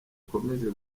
ikomeza